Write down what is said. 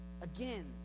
again